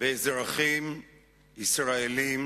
באזרחים ישראלים,